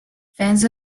fans